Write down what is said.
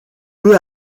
peu